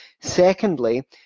Secondly